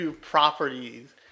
properties